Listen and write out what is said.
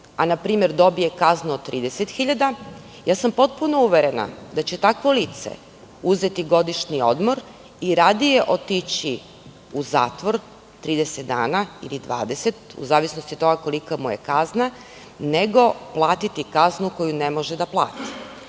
a npr. dobije kaznu od 30 hiljada dinara, potpuno sam uverena da će takvo lice uzeti godišnji odmor i radije otići u zatvor 30 dana ili 20, u zavisnosti od toga kolika mu je kazna, nego platiti kaznu koju ne može da plati.